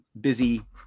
busy